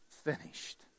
finished